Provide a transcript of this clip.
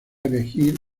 elegir